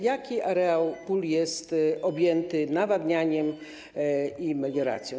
Jaki areał pól jest objęty nawadnianiem i melioracją?